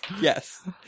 Yes